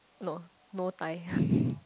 no no dai